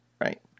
right